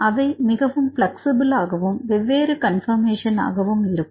அவை மிகவும் பிளக்சிபில் ஆகவும் வெவ்வேறு கன்பர்மேஷன் ஆக இருக்கும்